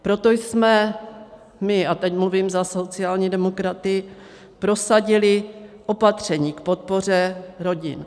Proto jsme my, a teď mluvím za sociální demokraty, prosadili opatření k podpoře rodin.